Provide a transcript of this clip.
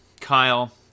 kyle